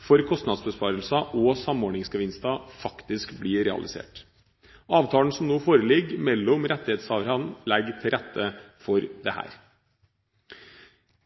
for kostnadsbesparelser og samordningsgevinster faktisk blir realisert. Avtalene som nå foreligger mellom rettighetshaverne, legger til rette for dette.